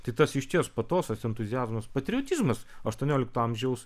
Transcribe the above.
tai tas išties patosas entuziazmas patriotizmas aštuoniolikto amžiaus